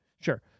Sure